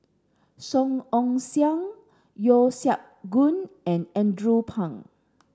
Song Ong Siang Yeo Siak Goon and Andrew Phang